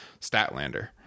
Statlander